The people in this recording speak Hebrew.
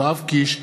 יואב קיש,